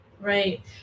right